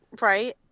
Right